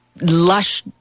lush